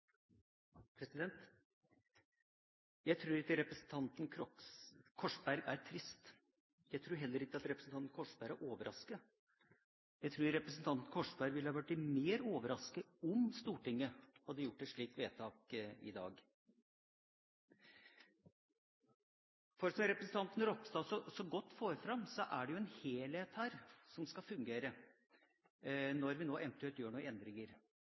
Korsberg er overrasket. Jeg tror representanten Korsberg ville ha blitt mer overrasket om Stortinget hadde gjort et slikt vedtak i dag. For som representanten Ropstad så godt får fram, er det en helhet her som skal fungere når vi nå eventuelt gjør noen endringer.